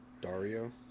dario